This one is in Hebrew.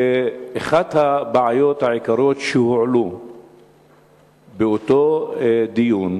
ואחת הבעיות העיקריות שהועלו באותו דיון,